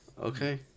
Okay